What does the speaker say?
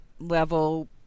level